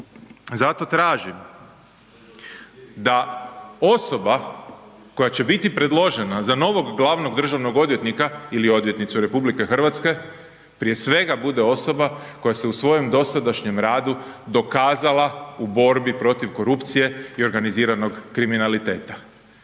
Zato tražim da osoba koja će biti predložena za novog glavnog državnog odvjetnika ili odvjetnicu RH prije svega bude osoba koja se u svojem dosadašnjem radu dokazala u borbi protiv korupcije i organiziranog kriminaliteta